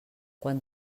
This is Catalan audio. quan